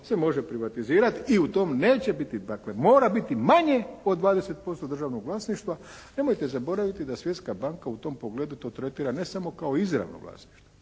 se može privatizirati i u tom neće biti dakle, mora biti manje od 20% državnog vlasništva. Nemojte zaboraviti da Svjetska banka u tom pogledu to tretira ne samo kao izravno vlasništvu